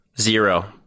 Zero